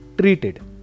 treated